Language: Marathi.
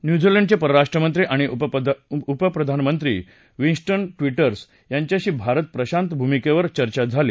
न्यूझीलंडचे परराष्ट्रमंत्री आणि उपप्रधानमंत्री विन्स्टन ट्विटर्स यांच्याशी भारत प्रशांत भूमिकेवर चर्चा झाली